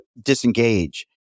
disengage